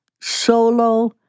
solo